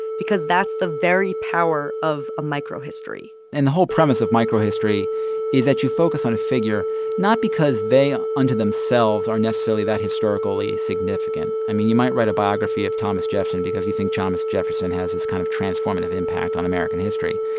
because that's the very power of a microhistory and the whole premise of microhistory is that you focus on a figure not because they unto themselves are necessarily that historically significant. i mean, you might write a biography of thomas jefferson because you think thomas jefferson has this kind of transformative impact on american history.